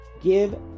give